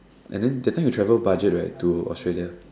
and than that time you travel budget right to Australia